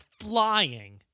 flying